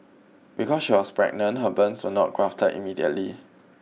because she was pregnant her burns were not grafted immediately